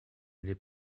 n’est